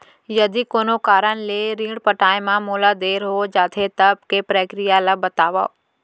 यदि कोनो कारन ले ऋण पटाय मा मोला देर हो जाथे, तब के प्रक्रिया ला बतावव